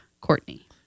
Courtney